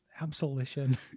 absolution